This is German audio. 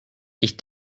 ich